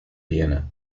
viena